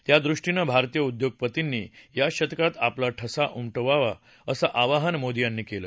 त्यादृष्टीनं भारतीय उद्योगपतींनी या शतकात आपला ठसा उमटवावा असं आवाहन मोदी यांनी केलं